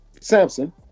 Samson